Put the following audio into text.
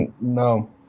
No